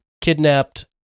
kidnapped